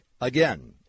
Again